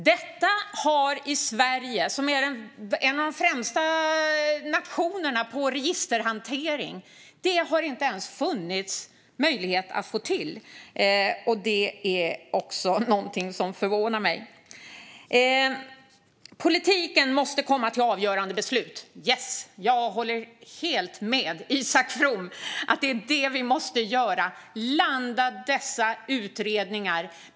Inte ens i Sverige, som är en av de främsta nationerna på registerhantering, har det funnits möjlighet att få till detta. Det förvånar mig. Politiken måste komma till avgörande beslut. Yes, jag håller helt med Isak From om det! Vi måste landa dessa utredningar.